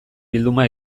bilduma